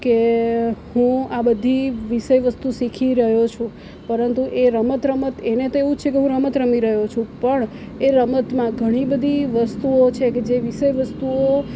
કે હું આ બધી વિષય વસ્તુ શીખી રહ્યો છું પરંતુ એ રમત રમત એને તો એવું છે કે હું રમત રમી રહ્યો છું પણ એ રમતમાં ઘણી બધી વસ્તુઓ છે કે જે વિષય વસ્તુઓ